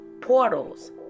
portals